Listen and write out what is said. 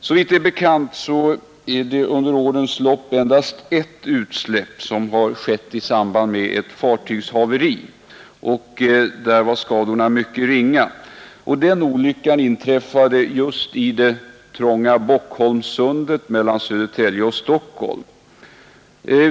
Såvitt det är bekant har endast ett utsläpp skett i samband med ett fartygs haveri, och då var skadorna mycket ringa. Den olyckan inträffade just i det trånga Bockholmssundet mellan Södertälje och Stockholm.